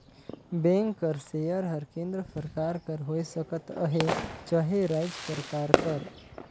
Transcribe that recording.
bank कर सेयर हर केन्द्र सरकार कर होए सकत अहे चहे राएज सरकार कर